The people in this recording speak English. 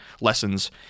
lessons